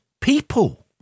people